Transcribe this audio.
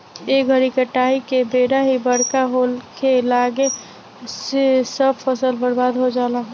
ए घरी काटाई के बेरा ही बरखा होखे लागेला जेसे सब फसल बर्बाद हो जाला